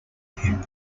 him